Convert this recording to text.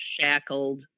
shackled